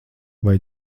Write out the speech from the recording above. vai